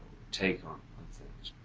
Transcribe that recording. take on things. i